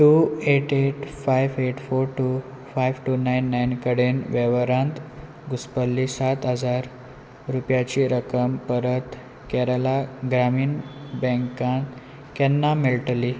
two eight eight five eight four two five two nine nine कडेन वेव्हारांत घुसप्पल्ले सात हजार रुपयाची रक्कम परत केरला ग्रामीण बँकांत केन्ना मेळटली